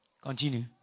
Continue